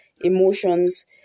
emotions